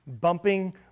bumping